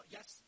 Yes